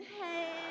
Hey